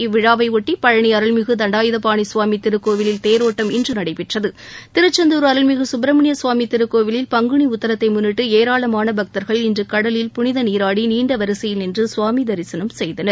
இவ்விழாவை ஒட்டி பழனி அருள்மிகு தண்டாயுதபாணி சுவாமி திருக்கோவிலில் தேரோட்டம் இன்று நடைபெறுகிறது திருச்செந்தூர் அருள்மிகு சுப்பிரமணிய சுவாமி திருக்கோவிலில் பங்குனி உத்தரத்தை முன்னிட்டு ஏராளமான பக்தர்கள் இன்று கடலில் புனித நீராடி நீண்ட வரிசையில் நின்று சுவாமி தரிசனம் செய்தனர்